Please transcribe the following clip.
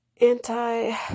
Anti